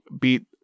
beat